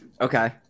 Okay